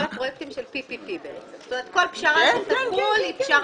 בעצם כל הפרויקטים של PPP וכל פשרה שתחול,